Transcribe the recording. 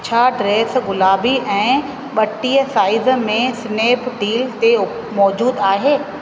छा ड्रेस गुलाबी ऐं ॿटीह साईज़ में स्नैपडील ते उप मौजूदु आहे